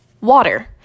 Water